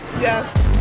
Yes